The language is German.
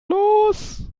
los